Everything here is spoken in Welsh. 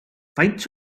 faint